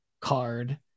card